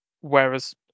Whereas